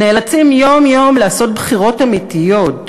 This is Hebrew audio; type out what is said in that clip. נאלצים יום-יום לעשות בחירות אמיתיות,